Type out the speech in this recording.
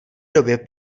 době